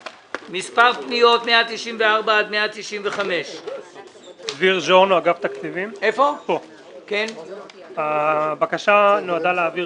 מס' פניות 194 עד 195. הבקשה נועדה להעביר